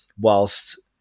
whilst